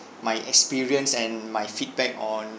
my experience and my feedback on